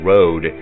Road